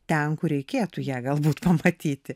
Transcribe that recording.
ten kur reikėtų ją galbūt pamatyti